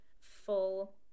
full